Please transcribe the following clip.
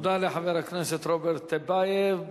תודה לחבר הכנסת רוברט טיבייב.